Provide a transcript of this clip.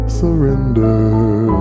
surrender